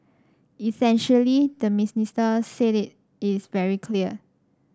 essentially the minister said it is very clear